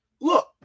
Look